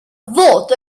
fod